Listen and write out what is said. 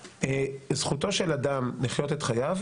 זכותו של אדם לחיות את חייו,